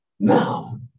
Now